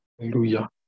Hallelujah